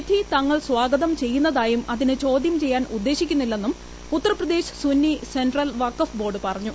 വിധി തങ്ങൾ സ്വാഗതം ചെയ്യുന്നതായും അതിനെ പോദൃം ചെയ്യാൻ ഉദ്ദേശിക്കുന്നില്ലെന്നും ഉത്തർപ്രദേശ് സുന്നി പ്സെൻട്രൽ വഖബ്ബോർഡ് പറഞ്ഞു